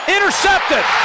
Intercepted